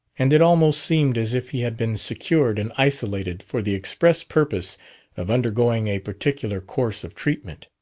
and it almost seemed as if he had been secured and isolated for the express purpose of undergoing a particular course of treatment.